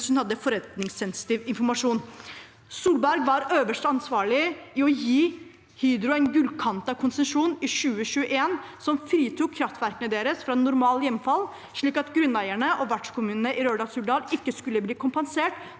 mens hun hadde forretningssensitiv informasjon. Solberg var øverst ansvarlig for å gi Hydro en gullkantet konsesjon i 2021, noe som fritok kraftverkene deres fra normalt hjemfall, slik at grunneiere og vertskommunene i Røldal-Suldal ikke skulle bli kompensert